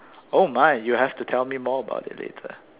oh my you have to tell me more about it later